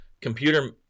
computer